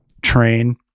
train